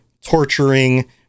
torturing